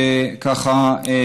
תודה.